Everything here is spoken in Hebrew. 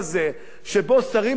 שבו שרים בממשלה,